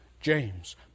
James